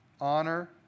honor